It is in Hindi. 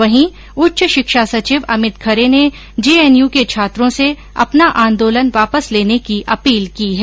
वहीं उच्च शिक्षा सचिव अभित खरे ने जेएनयू के छात्रों से अपना आंदोलन वापस लेने की अपील की है